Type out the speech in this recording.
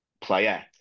player